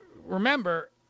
remember